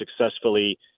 successfully